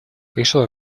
пришло